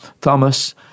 Thomas